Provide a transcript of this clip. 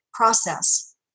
Process